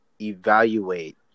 evaluate